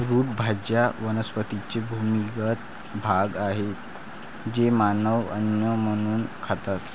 route भाज्या वनस्पतींचे भूमिगत भाग आहेत जे मानव अन्न म्हणून खातात